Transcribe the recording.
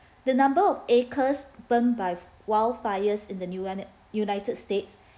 the number of acres burned by wildfires in the united united states